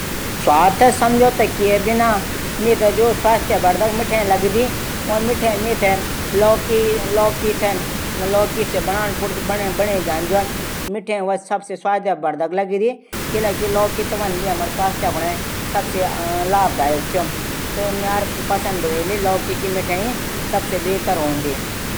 स्वाद थै समझोता किये बिना। मेथे जू स्वास्थ्य वर्धक मिठैंई लगदी व मिठै मेथे लोकी से बणै जांदी ज्वा व सबसे स्वास्थ्यवर्धक लगदी किलेकी लोकी त वनभी हमरू स्वास्थ्य कुनै सबसे अधिक स्वास्थ्यवर्धक च। त मेरी पंसद लोकी मिठैंई। सब बेहतर हूंदी